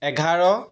এঘাৰ